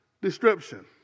description